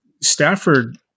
Stafford